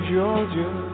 Georgia